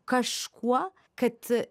kažkuo kad